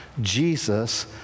Jesus